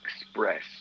express